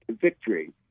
victory